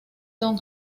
don